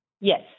Yes